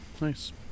nice